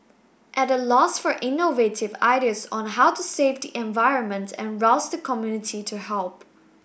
at a loss for innovative ideas on how to save the environment and rouse the community to help